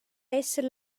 esser